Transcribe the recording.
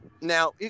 Now